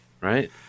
right